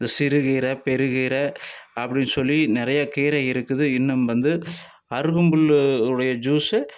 இந்த சிறு கீரை பெரு கீரை அப்படின்னு சொல்லி நிறைய கீரை இருக்குது இன்னும் வந்து அருகம்புல் உடைய ஜூஸ்ஸு